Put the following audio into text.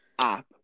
app